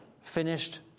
finished